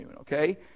okay